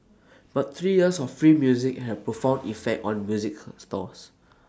but three years of free music had A profound effect on music stores